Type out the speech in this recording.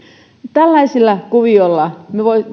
tällaisella kuviolla